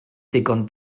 ddigon